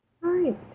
Right